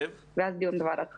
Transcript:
ואז דיון בוועדת חריגים.